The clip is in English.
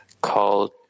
called